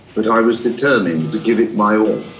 but i was determined to give it my all.